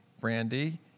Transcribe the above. Brandy